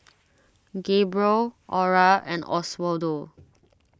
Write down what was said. Gabriel Ora and Oswaldo